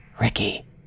Ricky